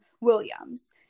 williams